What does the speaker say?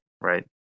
right